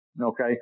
Okay